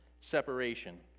separation